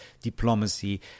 diplomacy